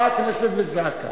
באה הכנסת וזעקה,